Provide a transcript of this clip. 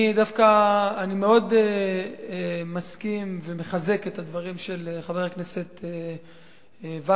אני דווקא מאוד מסכים ומחזק את הדברים של חבר הכנסת וקנין,